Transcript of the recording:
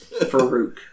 Farouk